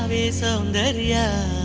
soundarya.